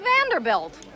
Vanderbilt